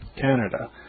Canada